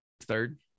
third